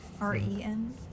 R-E-N